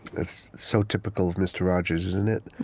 that's so typical of mr. rogers, isn't it?